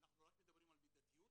אנחנו רק מדברים על מידתיות